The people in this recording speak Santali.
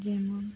ᱡᱮᱢᱚᱱ